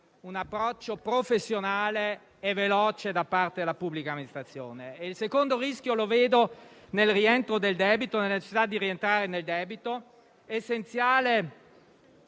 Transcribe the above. un approccio professionale e veloce da parte della pubblica amministrazione. Il secondo rischio è - a mio avviso - da ravvisare nella necessità di rientrare nel debito,